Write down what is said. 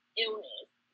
illness